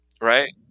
right